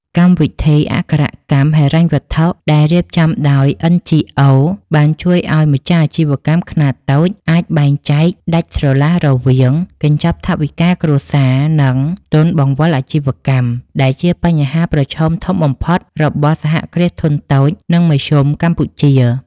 កម្មវិធីអក្ខរកម្មហិរញ្ញវត្ថុដែលរៀបចំដោយ NGOs បានជួយឱ្យម្ចាស់អាជីវកម្មខ្នាតតូចអាចបែងចែកដាច់ស្រឡះរវាង "កញ្ចប់ថវិកាគ្រួសារ" និង "ទុនបង្វិលអាជីវកម្ម" ដែលជាបញ្ហាប្រឈមធំបំផុតរបស់ សហគ្រាសធុនតូច និងមធ្យមកម្ពុជា។